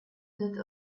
that